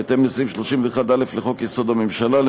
בהתאם לסעיף 31(א) לחוק-יסוד: הממשלה,